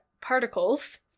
particles